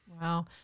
Wow